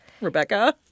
Rebecca